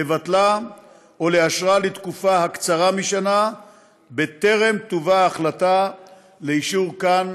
לבטלה או לאשרה לתקופה קצרה משנה בטרם תובא ההחלטה לאישור כאן,